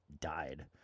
died